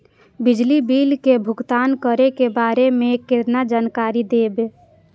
बिजली बिल के भुगतान करै के बारे में केना जानकारी देब?